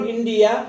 India